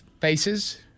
faces